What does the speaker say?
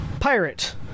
pirate